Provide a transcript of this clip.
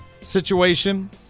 situation